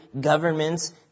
governments